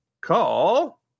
call